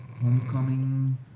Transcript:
Homecoming